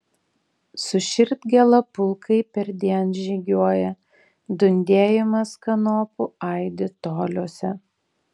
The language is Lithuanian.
su širdgėla pulkai perdien žygiuoja dundėjimas kanopų aidi toliuose